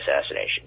assassination